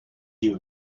you